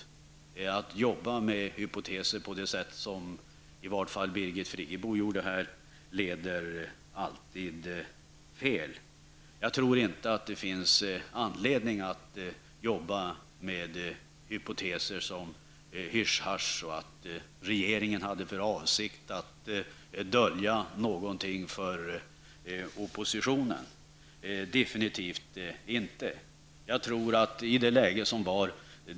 Att göra det på det sätt som hon gjorde här leder alltid fel. Det finns alltså inte enligt min mening anledning att arbeta med hypoteser som hysch hasch och säga att regeringen hade för avsikt att dölja någonting för oppositionen. Det hade den defintivt inte.